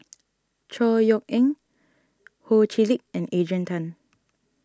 Chor Yeok Eng Ho Chee Lick and Adrian Tan